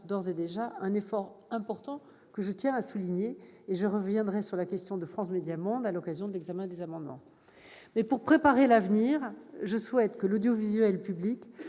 représente un effort important que je tiens à souligner. Je reviendrai sur la question de France Médias Monde à l'occasion de la discussion des amendements. Pour préparer l'avenir, je souhaite que l'audiovisuel public